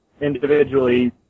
individually